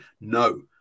no